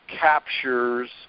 captures